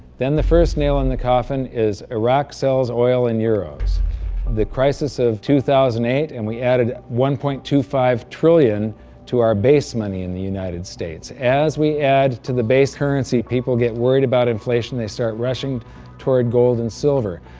then the first nail in the coffin is, iraq sells oil in euros the crisis of two thousand and eight and we added one point two five trillion to our base money in the united states. as we add to the base currency, people get worried about inflation they start rushing toward gold and silver.